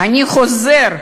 אני חוזר.